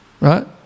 right